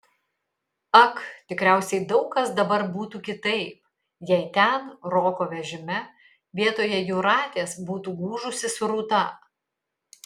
ak tikriausiai daug kas dabar būtų kitaip jei ten roko vežime vietoje jūratės būtų gūžusis rūta